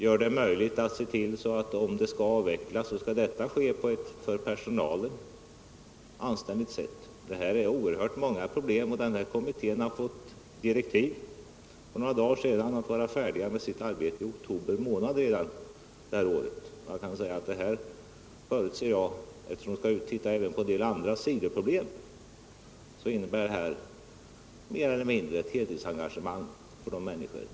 Om en avveckling skall ske, måste vi se till att denna sker på ett för personalen anständigt sätt. Kommittén har för några dagar sedan fått direktiv om att vara färdig med sitt arbete redan i oktober månad i år, och den står inför många svåra problem. Eftersom kommittén även skall titta på en del sidoproblem, förutsätter jag att det mer eller mindre blir fråga om ett heltidsengagemang.